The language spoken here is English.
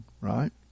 right